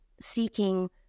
seeking